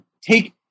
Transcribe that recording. take